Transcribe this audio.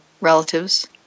relatives